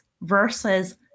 versus